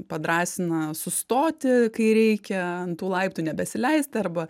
padrąsina sustoti kai reikia ant tų laiptų nebesileisti arba